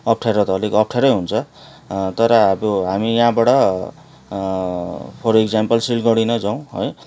अपठ्यारो त अलिक अपठ्यारै हुन्छ तर अब हामी यहाँबाट फर एकजाम्पल सिलगडीनै जाउँ है